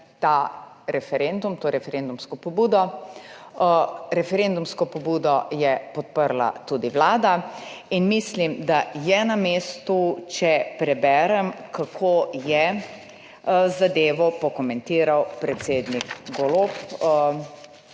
ta referendum, to referendumsko pobudo. Referendumsko pobudo je podprla tudi Vlada. Mislim, da je na mestu, če preberem, kako je zadevo pokomentiral predsednik Golob